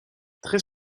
très